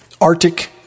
Arctic